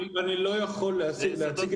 אני לא יכול להציג